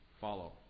follow